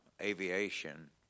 Aviation